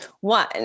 One